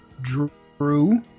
Drew